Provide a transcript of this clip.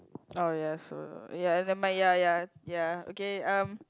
oh yes so ya never mind ya ya ya okay um